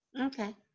okay